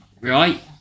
right